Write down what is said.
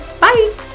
bye